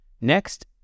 Next